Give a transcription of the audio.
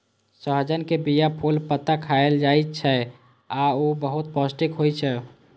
सहजन के बीया, फूल, पत्ता खाएल जाइ छै आ ऊ बहुत पौष्टिक होइ छै